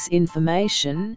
information